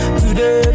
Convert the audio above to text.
today